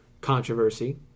controversy